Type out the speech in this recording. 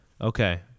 Okay